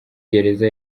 gereza